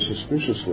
suspiciously